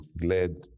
glad